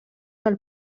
del